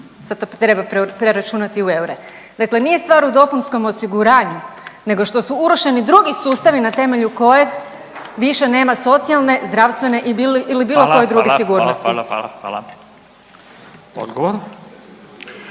Sad to treba preračunati u eure. Dakle, nije stvar u dopunskom osiguranju nego što su urušeni drugi sustavi na temelju kojeg više nema socijalne, zdravstvene ili bilo koje druge sigurnosti. **Radin, Furio